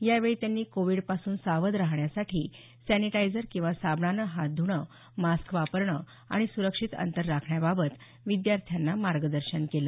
यावेळी त्यांनी कोविडपासून सावध राहण्यासाठी सॅनिटायझर किंवा साबणानं हात धूणं मास्क वापरणं आणि सुरक्षित अंतर राखण्याबाबत विद्यार्थ्यांना मार्गदर्शन केलं